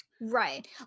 right